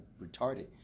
retarded